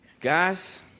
Guys